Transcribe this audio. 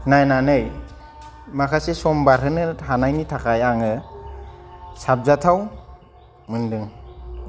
नायनानै माखासे सम बारहोनो हानायनि थाखाय आङो साबजाथाव मोनदों